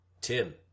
Tim